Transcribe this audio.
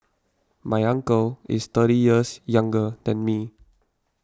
my uncle is thirty years younger than me